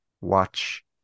Watch